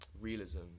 realism